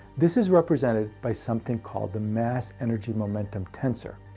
this is represented by something called the mass-energy-momentum tensor.